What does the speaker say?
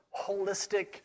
holistic